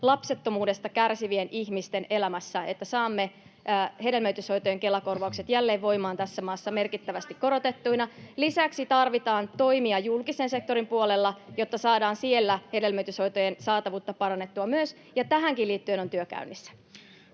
lapsettomuudesta kärsivien ihmisten elämässä, että saamme hedelmöityshoitojen Kela-korvaukset jälleen voimaan tässä maassa merkittävästi korotettuina. Llisäksi tarvitaan toimia julkisen sektorin puolella, jotta saadaan siellä hedelmöityshoitojen saatavuutta parannettua myös, ja tähänkin liittyen on työ käynnissä.